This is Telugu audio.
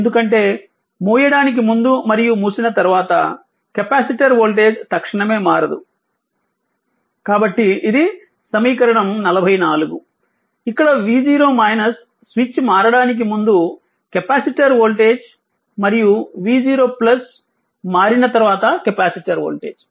ఎందుకంటే మూయడానికి ముందు మరియు మూసిన తర్వాత కెపాసిటర్ వోల్టేజ్ తక్షణమే మారదు కాబట్టి ఇది సమీకరణం 44 ఇక్కడ v0 స్విచ్ మారడానికి ముందు కెపాసిటర్ వోల్టేజ్ మరియు v0 మారిన తర్వాత కెపాసిటర్ వోల్టేజ్